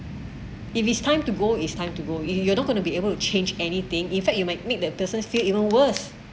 if it's time to go it's time to go if you're not gonna be able to change anything in fact you might make the person feel even worse